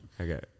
Okay